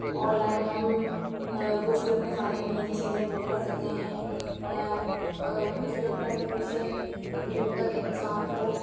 on line ہم کچھ بھی اپنے کھانے پینے کی چیزیں بک کرسکتے ہیں کچھ بھی اپنا دور سے دور تک انسان کو